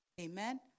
Amen